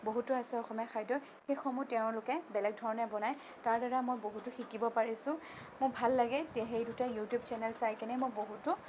বহুতো আছে অসমীয়া খাদ্য সেইসমূহ তেওঁলোকে বেলেগ ধৰণে বনায় তাৰদ্বাৰা মই বহুতো শিকিব পাৰিছোঁ মোৰ ভাললাগে তে সেইদুটা ইউটিউব চেনেল চাইকিনে মই বহুতো